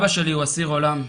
אבא שלי הוא אסיר עולם,